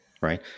Right